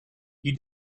you